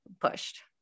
pushed